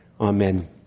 Amen